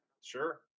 Sure